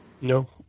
No